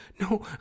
no